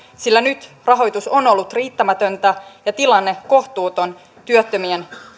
sillä nyt rahoitus on ollut riittämätöntä ja tilanne kohtuuton työttö mien